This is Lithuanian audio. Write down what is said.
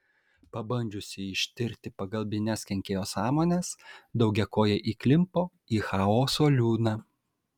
pabandžiusi ištirti pagalbines kenkėjo sąmones daugiakojė įklimpo į chaoso liūną